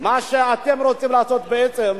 מה שאתם רוצים לעשות בעצם,